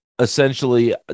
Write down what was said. essentially